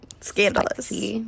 scandalous